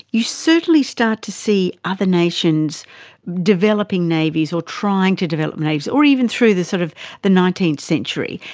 you certainly start to see other nations developing navies or trying to develop navies, or even through the sort of the nineteenth century,